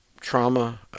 trauma